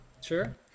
Sure